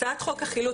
הצעת חוק החילוט,